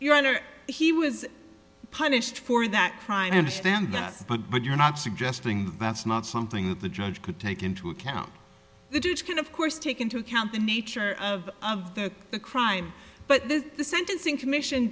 honor he was punished for that crime understand that but but you're not suggesting that that's not something that the judge could take into account the dude can of course take into account the nature of of the crime but this the sentencing commission